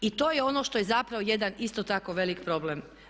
I to je ono što je zapravo jedan isto tako veliki problem.